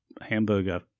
hamburger